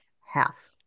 Half